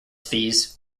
fees